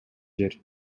жер